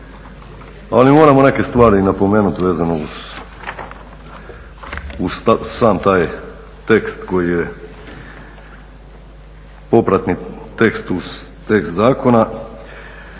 ali moramo neke stvari i napomenuti vezano uz sam taj tekst koji je popratni tekst uz tekst zakona.